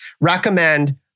recommend